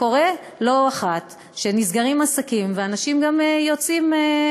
קורה לא אחת שנסגרים עסקים וגם אנשים שהיו